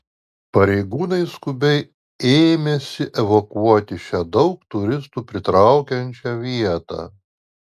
pareigūnai skubiai ėmėsi evakuoti šią daug turistų pritraukiančią vietą